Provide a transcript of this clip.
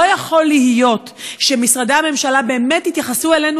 לא יכול להיות שמשרדי הממשלה באמת יתייחסו אלינו,